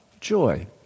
joy